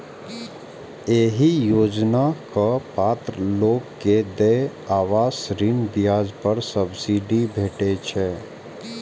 एहि योजनाक पात्र लोग कें देय आवास ऋण ब्याज पर सब्सिडी भेटै छै